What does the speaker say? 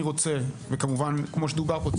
כמו שדובר פה,